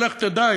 שלך תדע,